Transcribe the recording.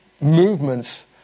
Movements